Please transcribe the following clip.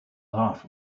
laugh